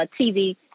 TV